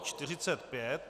45.